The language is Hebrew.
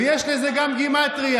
ויש לזה גם גימטרייה.